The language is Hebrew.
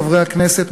חברי הכנסת,